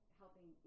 helping